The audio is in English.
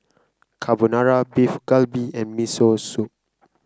Carbonara Beef Galbi and Miso Soup